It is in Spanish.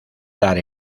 dar